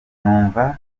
numva